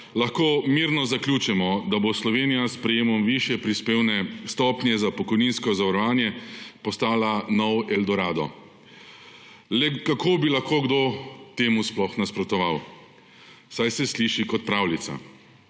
lahko mirno zaključimo, da bo Slovenija s sprejetjem višje prispevne stopnje za pokojninsko zavarovanje postala novi eldorado. Le kako bi lahko kdo temu sploh nasprotoval, saj se sliši kot pravljica?